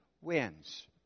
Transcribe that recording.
wins